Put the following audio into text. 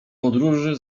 podróży